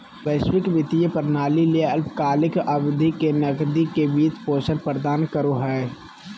वैश्विक वित्तीय प्रणाली ले अल्पकालिक अवधि के नकदी के वित्त पोषण प्रदान करो हइ